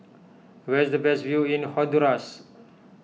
where is the best view in Honduras